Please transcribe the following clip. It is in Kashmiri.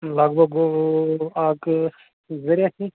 لگ بگ گوٚو اَکھ زٕ رٮ۪تھ ہِوِۍ